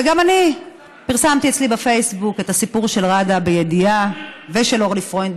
וגם אני פרסמתי אצלי בפייסבוק את הסיפור של ראדה ושל אורלי פרוינד,